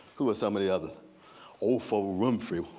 who are some of the others? oprah winfrey.